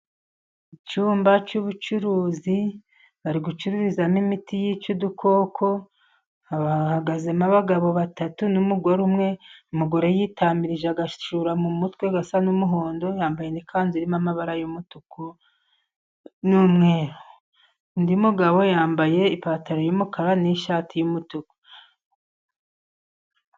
Icyumba cy'ubucuruzi, bari gucururizamo n'imiti yica udukoko. Hahagazemo abagabo batatu n'umugore umwe, umugore witamirije agashura mu mutwe gasa n'umuhondo. Yambaye ikanzu irimo amabara y'umutuku n'umweru. Undi mugabo yambaye ipantaro y'umukara n'ishati y'umutuku.